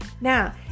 Now